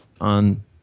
on